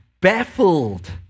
baffled